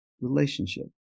relationship